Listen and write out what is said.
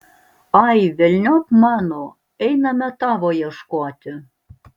ai velniop mano einame tavo ieškoti